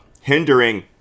hindering